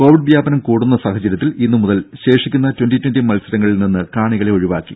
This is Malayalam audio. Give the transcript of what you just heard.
കോവിഡ് വ്യാപനം കൂടുന്ന സാഹചര്യത്തിൽ ഇന്നു മുതൽ ശേഷിക്കുന്ന ട്വന്റി ട്വന്റി മത്സരങ്ങളിൽ നിന്ന് കാണികളെ ഒഴിവാക്കി